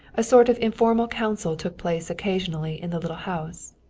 a sort of informal council took place occasionally in the little house.